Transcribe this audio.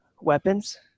weapons